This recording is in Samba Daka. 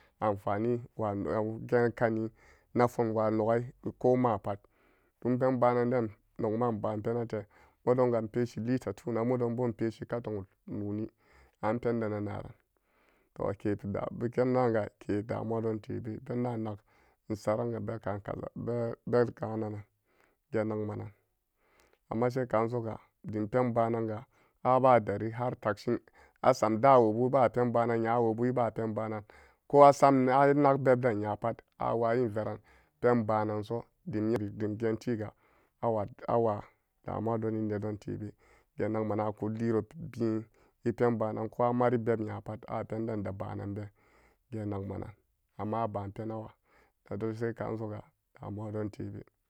Amfani wa nogai geen kenin nafum wa nogai kompat dimpen bananden nogma enbaa penate modonga enpeshi lita tuna modonbo enpeshi katun noni anpenden na naran pendaanga ke damuwa dontebe pendaan nag ensaranga beka'an kaza geen nagma nan ammaso ka'an soga dimpen ba'ananga abadri har takshin asaamdawobu ebapen banan nyawobu ebapen banan kolasam anagbebden nyat awayin veranpen bananso dimgeentiga iwat awa damuwadoni nedontebe geen nagma nan akuliro bien epen banan ko amari beb nyapat npenden-de banan been geen nayma nan amma a ba'an penawa nedonse ka'ansoga damuwa don tebe.